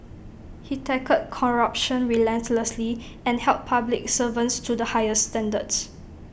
he tackled corruption relentlessly and held public servants to the higher standards